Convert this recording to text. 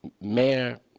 Mayor